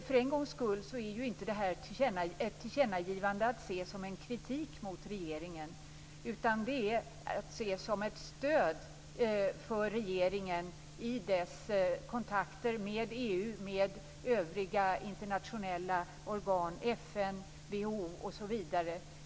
För en gångs skull är detta inte ett tillkännagivande att se som en kritik mot regeringen, utan det är att se som ett stöd för regeringen i dess kontakter med EU och med övriga internationella organ, FN, WHO, osv.